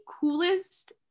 coolest